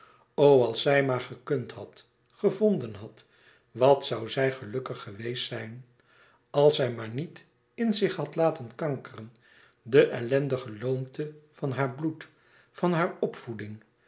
als zij maar gekund had gevonden had wat zoû zij gelukkig geweest zijn als zij maar niet in zich had laten kankeren de ellendige loomte van haar bloed van haar opvoeding